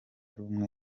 rumwe